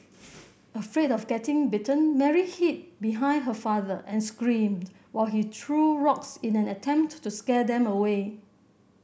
afraid of getting bitten Mary hid behind her father and screamed while he threw rocks in an attempt to to scare them away